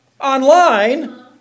online